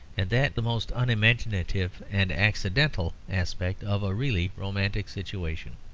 and that the most unimaginative and accidental aspect of a really romantic situation.